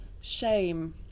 shame